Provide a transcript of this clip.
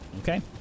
Okay